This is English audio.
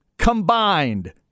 combined